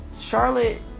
Charlotte